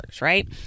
right